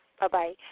Bye-bye